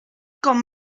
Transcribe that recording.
com